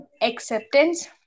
acceptance